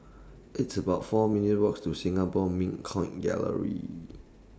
It's about four minutes' Walk to Singapore Mint Coin Gallery